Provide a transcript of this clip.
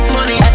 Money